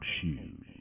shoes